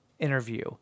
interview